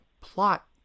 plot